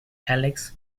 alex